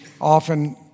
often